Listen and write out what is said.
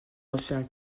ancien